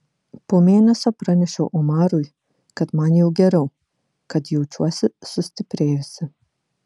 po mėnesio pranešiau omarui kad man jau geriau kad jaučiuosi sustiprėjusi